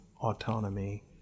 autonomy